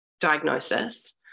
diagnosis